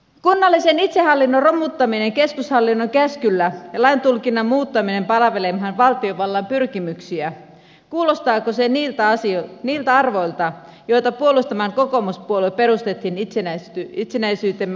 kunnallisen itsehallinnon romuttaminen keskushallinnon käskyllä ja lain tulkinnan muuttaminen palvelemaan valtiovallan pyrkimyksiä kuulostaako se niiltä arvoilta joita puolustamaan kokoomuspuolue perustettiin itsenäisyytemme aamunkoitossa